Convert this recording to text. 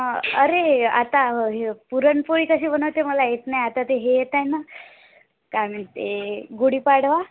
हा अरे आता हे पुरणपोळी कशी बनवते मला येत नाही आता ते हे येत आहे ना काय म्हणते गुढीपाडवा